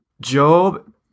Job